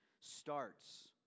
starts